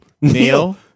Neil